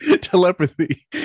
Telepathy